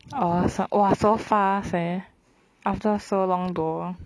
orh so !wah! so fast eh after so long though